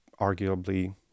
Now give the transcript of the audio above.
arguably